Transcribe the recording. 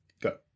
go